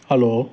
hello